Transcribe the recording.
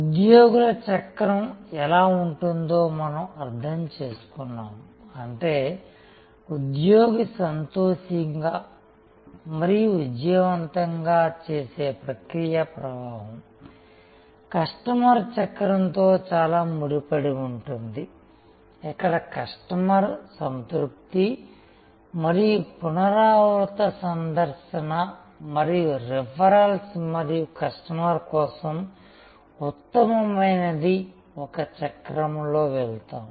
ఉద్యోగుల చక్రం ఎలా ఉంటుందో మనం అర్థం చేసుకున్నాము అంటే ఉద్యోగి సంతోషంగా మరియు విజయవంతం చేసే ప్రక్రియ ప్రవాహం కస్టమర్ చక్రంతో చాలా ముడిపడి ఉంటుంది ఇక్కడ కస్టమర్ సంతృప్తి మరియు పునరావృత సందర్శన మరియు రిఫరల్స్ మరియు కస్టమర్ కోసం ఉత్తమమైనది ఒక చక్రంలో వెళతాయి